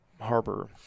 harbor